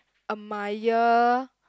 admire